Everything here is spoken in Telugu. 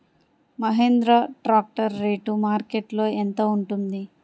మహేంద్ర ట్రాక్టర్ రేటు మార్కెట్లో యెంత ఉంటుంది?